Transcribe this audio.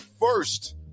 first